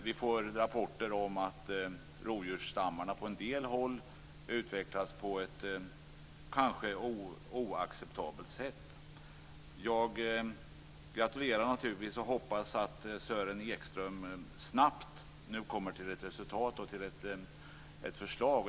Vi får rapporter om att rovdjursstammarna på en del håll utvecklas på ett sätt som kanske är oacceptabelt. Jag hoppas att Sören Ekström snabbt kommer till ett resultat och kan lägga fram ett förslag.